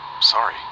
sorry